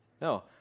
No